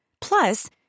Plus